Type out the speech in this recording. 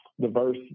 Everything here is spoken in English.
diverse